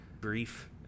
grief